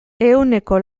ehuneko